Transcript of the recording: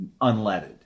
unleaded